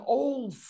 old